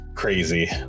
Crazy